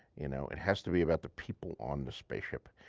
you know, it has to be about the people on the spaceship.